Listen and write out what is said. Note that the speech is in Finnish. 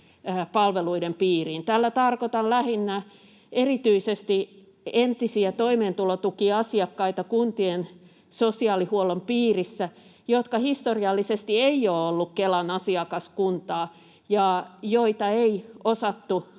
palveluiden piiriin. Tällä tarkoitan lähinnä erityisesti entisiä toimeentulotukiasiakkaita kuntien sosiaalihuollon piirissä, jotka historiallisesti eivät ole olleet Kelan asiakaskuntaa ja joita ei osattu